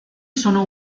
sono